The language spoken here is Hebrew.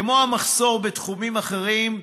כמו המחסור בתחומים אחרים,